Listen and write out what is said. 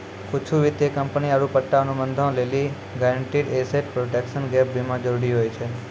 कुछु वित्तीय कंपनी आरु पट्टा अनुबंधो लेली गारंटीड एसेट प्रोटेक्शन गैप बीमा जरुरी होय छै